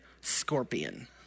scorpion